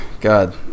god